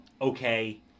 okay